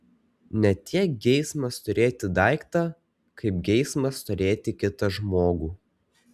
ne tiek geismas turėti daiktą kaip geismas turėti kitą žmogų